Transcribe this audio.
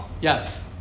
yes